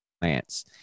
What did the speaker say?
plants